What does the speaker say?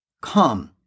come